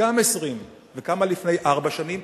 גם 20. וכמה לפני ארבע שנים?